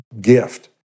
gift